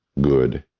good,